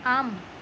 आम्